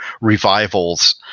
revivals